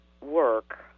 work